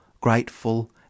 grateful